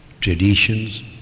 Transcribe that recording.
traditions